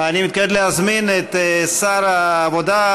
אני מתכבד להזמין את שר העבודה,